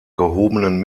gehobenen